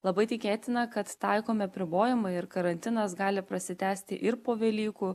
labai tikėtina kad taikomi apribojimai ir karantinas gali prasitęsti ir po velykų